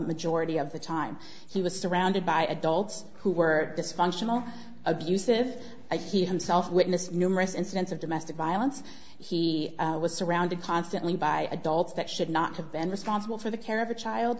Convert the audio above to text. majority of the time he was surrounded by adults who were dysfunctional abusive i think he himself witnessed numerous incidents of domestic violence he was surrounded constantly by adults that should not have been responsible for the care of a child